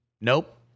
Nope